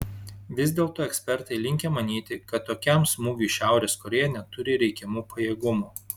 vis dėlto ekspertai linkę manyti kad tokiam smūgiui šiaurės korėja neturi reikiamų pajėgumų